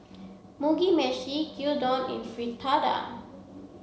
Mugi Meshi Gyudon and Fritada